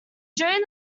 during